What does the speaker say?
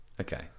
Okay